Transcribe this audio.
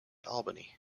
albany